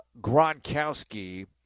gronkowski